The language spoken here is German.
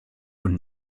und